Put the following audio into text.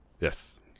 Yes